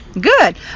good